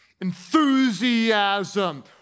enthusiasm